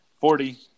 Forty